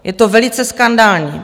Je to velice skandální.